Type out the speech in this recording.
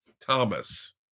thomas